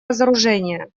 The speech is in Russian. разоружения